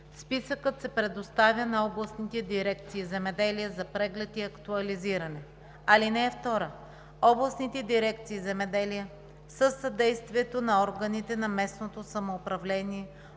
Списъкът се предоставя на областните дирекции „Земеделие“ за преглед и актуализиране. (2) Областните дирекции „Земеделие” със съдействието на органите на местното самоуправление,